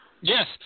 Yes